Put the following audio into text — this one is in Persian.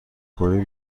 کنید